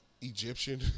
Egyptian